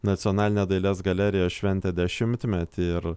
nacionalinė dailės galerija šventė dešimtmetį ir